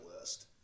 list